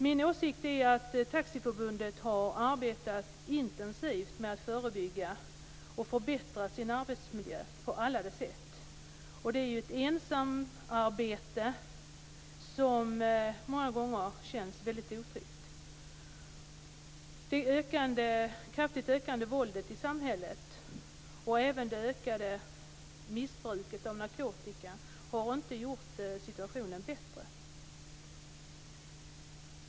Min åsikt är att Taxiförbundet har arbetat intensivt med att på alla de sätt förebygga och förbättra sin arbetsmiljö. Det är ju fråga om ett ensamarbete som många gånger känns väldigt otryggt. Det kraftigt ökande våldet i samhället och även det ökade missbruket av narkotika har inte gjort situationen bättre.